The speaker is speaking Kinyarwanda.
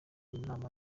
inama